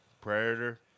Predator